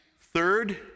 Third